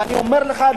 ואני אומר לך,